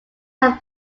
have